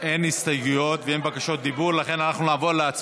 אין הסתייגויות, ואנחנו נעבור להצבעה.